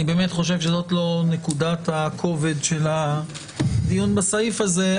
זאת לא נקודת הכובד של הדיון בסעיף הזה,